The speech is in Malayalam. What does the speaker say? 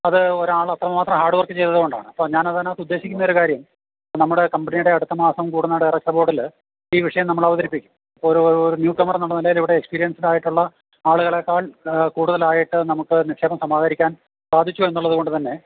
അത് ഒരാൾ അത്രമാത്രം ഹാർഡ് വർക്ക് ചെയ്തതുകൊണ്ടാണ് കേട്ടോ ഞാൻ അതിനകത്ത് ഉദ്ദേശിക്കുന്ന ഒരു കാര്യം നമ്മുടെ കമ്പനിയുടെ അടുത്ത മാസം കൂടുന്ന ഡയറക്ടർ ബോർഡിൽ ഈ വിഷയം നമ്മൾ അവതരിപ്പിക്കും ഒരു ന്യൂ കമർ എന്നുള്ള നിലയിൽ ഇവിടെ എക്സ്പീരിയൻസ്ഡ് ആയിട്ടുള്ള ആളുകളെക്കാൾ കൂടുതലായിട്ട് നമുക്ക് നിക്ഷേപം സമാഹരിക്കാൻ സാധിച്ചു എന്നുള്ളതുകൊണ്ട് തന്നെ